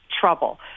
trouble